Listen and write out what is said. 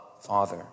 Father